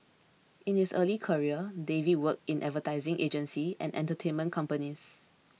in his early career David worked in advertising agencies and entertainment companies